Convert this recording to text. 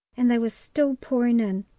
and they were still pouring in.